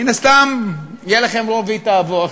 מן הסתם יהיה לכם רוב והיא תעבור,